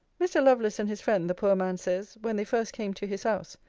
mr. lovelace and his friend, the poor man says, when they first came to his house,